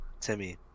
Timmy